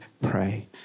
pray